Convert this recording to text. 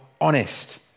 honest